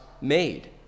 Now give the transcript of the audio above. made